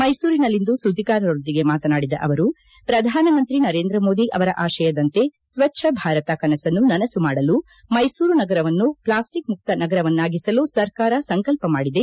ಮೈಸೂರಿನಲ್ಲಿಂದು ಸುದ್ದಿಗಾರೊಂದಿಗೆ ಮಾತನಾಡಿದ ಅವರು ಪ್ರಧಾನಮಂತ್ರಿ ನರೇಂದ್ರ ಮೋದಿ ಅವರ ಆಶಯದಂತೆ ಸ್ವಚ್ಛ ಭಾರತ ಕನಸನ್ನು ನನಸು ಮಾಡಲು ಮೈಸೂರು ನಗರವನ್ನು ಪ್ಲಾಸ್ಟಿಕ್ ಮುಕ್ತ ನಗರವನ್ನಾಗಿಸಲು ಸರ್ಕಾರ ಸಂಕಲ್ಪ ಮಾಡಿದೆ